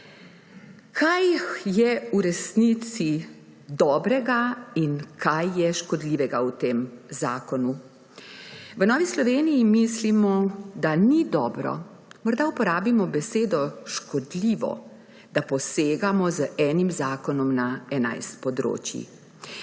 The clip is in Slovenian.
Kaj je v resnici dobrega in kaj je škodljivega v tem zakonu? V Novi Sloveniji mislimo, da ni dobro, morda uporabimo besedo škodljivo, da posegamo z enim zakonom na 11 področij.